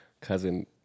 cousin